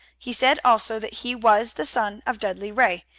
he said also that he was the son of dudley ray,